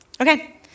Okay